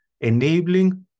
enabling